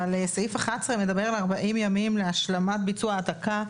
אבל סעיף (11) מבצע על 40 ימים להשלמה של ביצוע ההעתקה,